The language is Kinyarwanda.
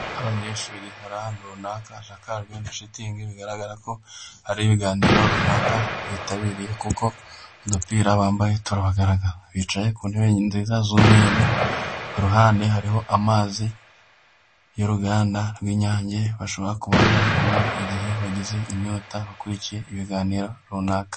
Abanyeshuri hari ahantu runaka hashakajwe na shitingi bigaragara ko hari ibiganiro runaka bitabiriye, kuko udupira bambaye turabagaragaza, bicaye ku ntebe nziza z'umweru, ku ruhande hariho amazi y'uruganda rw'Inyange bashobora kuba bari kunywa igihe bagize inyota bakurikiye ibiganiro runaka.